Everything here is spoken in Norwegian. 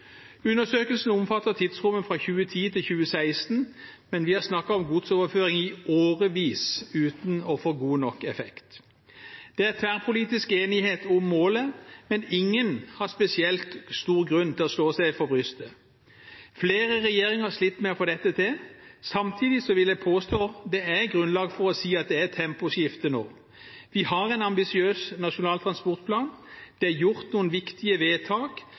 Undersøkelsen omfatter tidsrommet 2010–2016, men vi har snakket om godsoverføring i årevis, uten å få god nok effekt. Det er tverrpolitisk enighet om målet, men ingen har spesielt stor grunn til å slå seg på brystet. Flere regjeringer har slitt med å få dette til. Samtidig vil jeg påstå at det er grunnlag for å si at det er et temposkifte nå. Vi har en ambisiøs Nasjonal transportplan. Det er gjort noen viktige vedtak,